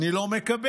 אני לא מקבל,